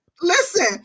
Listen